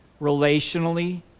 relationally